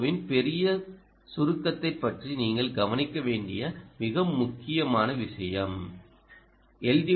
ஓவின் பெரிய சுருக்கத்தைப் பற்றி நீங்கள் கவனிக்க வேண்டிய மிக முக்கியமான விஷயம் எல்